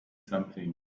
something